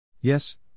Yes